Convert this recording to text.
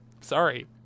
Sorry